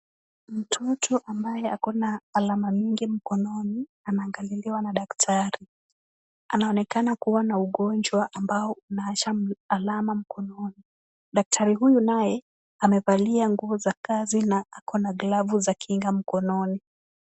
Mtoto ambaye ako na alama nyingi mkononi anaangaliwa na daktari. Anaonekana kuwa na ugonjwa ambao unawacha alama kwa mikono. Daktari huyu naye amevalia nguo za kazi na ako na glavu za kinga mkononi.